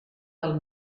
del